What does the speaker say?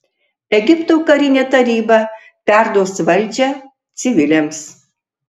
egipto karinė taryba perduos valdžią civiliams